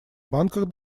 банках